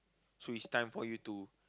so it's time for you to